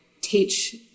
teach